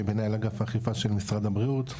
אגף האכיפה של משרד הבריאות.